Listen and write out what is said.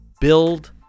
build